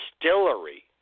distillery